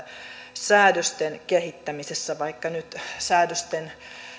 säädösten kehittämisessä vaikka säädösten